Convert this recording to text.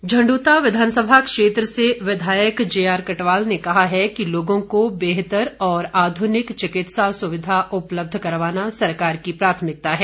कटवाल झण्डूता विधानसभा क्षेत्र से विधायक जेआर कटवाल ने कहा है कि लोगों को बेहतर और आधुनिक चिकित्सा सुविधा उपलब्ध करवाना सरकार की प्राथमिकता है